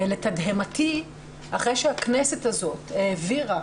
לתדהמתי אחרי שהכנסת הזאת העבירה